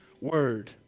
word